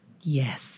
Yes